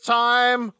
time